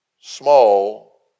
small